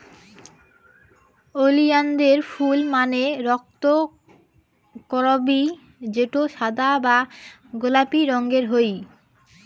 ওলিয়ানদের ফুল মানে অক্তকরবী যেটো সাদা বা গোলাপি রঙের হই